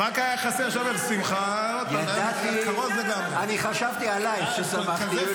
--- אני חשבתי עלייך כששמחתי,